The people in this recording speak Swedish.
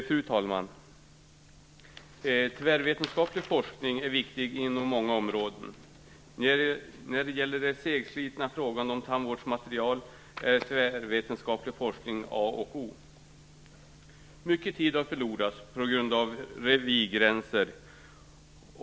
Fru talman! Tvärvetenskaplig forskning är viktig inom många områden. När det gäller den segslitna frågan om tandvårdsmaterial är tvärvetenskaplig forskning A och O. Mycket tid har förlorats på grund av revirgränser.